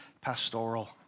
pastoral